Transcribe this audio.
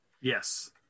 Yes